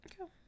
Okay